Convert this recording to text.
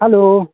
hello